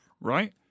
right